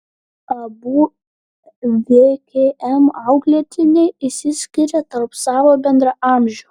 abu vkm auklėtiniai išsiskiria tarp savo bendraamžių